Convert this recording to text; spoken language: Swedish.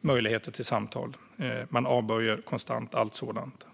möjligheter till samtal - de avböjer konstant allt sådant.